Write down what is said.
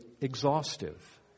exhaustive